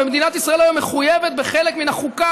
ומדינת ישראל היום מחויבת בחלק מן החוקה,